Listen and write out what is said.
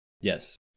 Yes